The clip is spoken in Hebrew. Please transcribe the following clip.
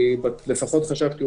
לפחות כך חשבתי,